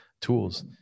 tools